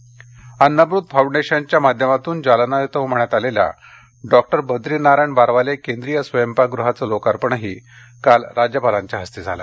जालना अन्नामृत फाउंडेशनच्या माध्यमातून जालना इथं उभारण्यात आलेल्या डॉक्टर बद्रीनारायण बारवाले केंद्रीय स्वयंपाक गृहायं लोकार्पणही काल राज्यपालांच्या हस्ते झालं